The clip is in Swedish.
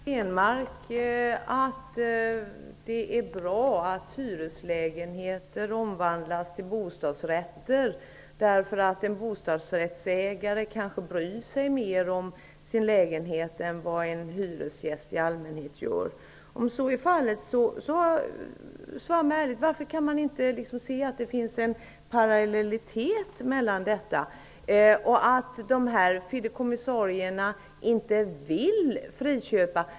Herr talman! Per Stenmarck kanske tycker att det är bra att hyreslägenheter omvandlas till bostadsrätter, eftersom en bostadsrättsinnehavare kanske bryr sig mer om sin lägenhet än vad en hyresgäst i allmänhet gör. Svara mig ärligt, om så är fallet, varför man inte kan se att det här finns en parallellitet. De här fideikommissarierna vill inte friköpa.